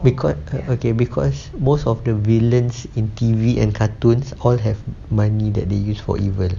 becau~ okay because most of the villains in T_V and cartoons all have money that they use for evil